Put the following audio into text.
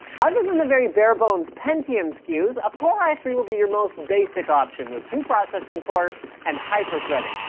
other than the very bare bones pentium skews, a core i three will be your most basic option with two processing cores and hyper-threading,